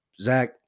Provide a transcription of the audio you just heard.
zach